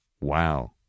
Wow